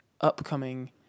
upcoming